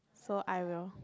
so I will